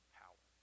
power